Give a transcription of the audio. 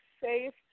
safe